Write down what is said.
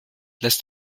lässt